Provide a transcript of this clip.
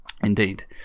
Indeed